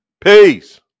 Peace